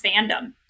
fandom